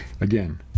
Again